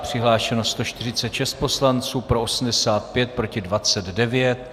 Přihlášeno 146 poslanců, pro 85, proti 29.